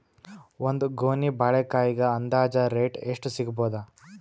ಒಂದ್ ಗೊನಿ ಬಾಳೆಕಾಯಿಗ ಅಂದಾಜ ರೇಟ್ ಎಷ್ಟು ಸಿಗಬೋದ?